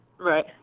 Right